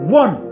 one